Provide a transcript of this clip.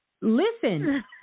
listen